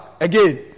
again